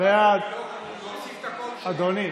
לעובד זר המועסק במתן טיפול סיעודי),